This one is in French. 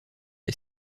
les